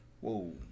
Whoa